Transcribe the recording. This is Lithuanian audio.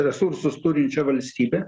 resursus turinčia valstybe